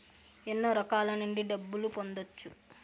ఎన్నో రకాల నుండి డబ్బులు పొందొచ్చు